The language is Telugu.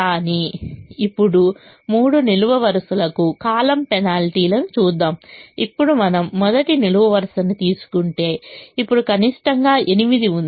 కానీ ఇప్పుడు మూడు నిలువు వరుసలకు కాలమ్ పెనాల్టీలను చూద్దాం ఇప్పుడు మనం మొదటి నిలువు వరుసను తీసుకుంటే ఇప్పుడు కనిష్టంగా 8 ఉంది